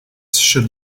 should